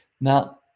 Now